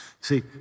See